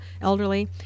elderly